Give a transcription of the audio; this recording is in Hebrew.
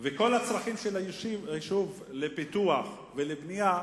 וכל הצרכים של היישוב לפיתוח ולבנייה